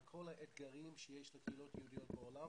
על כל האתגרים שיש לקהילות היהודית בעולם